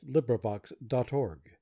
LibriVox.org